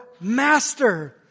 Master